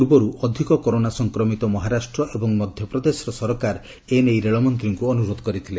ପୂର୍ବରୁ ଅଧିକ କରୋନା ସଂକ୍ରମିତ ମହାରାଷ୍ଟ୍ର ଏବଂ ମଧ୍ୟପ୍ରଦେଶର ସରକାର ଏନେଇ ରେଳମନ୍ତ୍ରୀଙ୍କ ଅନ୍ତରୋଧ କରିଥିଲେ